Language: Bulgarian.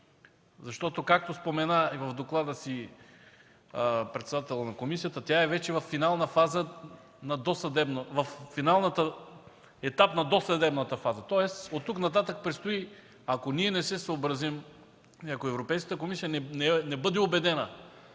Както спомена и в доклада си председателят на комисията, тя е вече във финалната фаза, в етап на досъдебната фаза, тоест от тук нататък предстои, ако ние не се съобразим и ако Европейската комисия не бъде убедена,